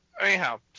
Anyhow